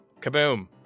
Kaboom